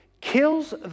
kills